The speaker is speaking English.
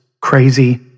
crazy